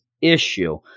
issue